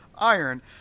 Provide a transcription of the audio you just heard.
iron